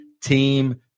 team